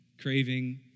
Craving